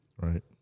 right